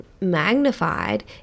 magnified